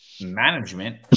management